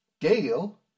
Gail